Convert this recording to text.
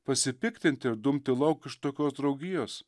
pasipiktinti ir dumti lauk iš tokios draugijos